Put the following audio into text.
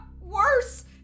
worse